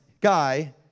guy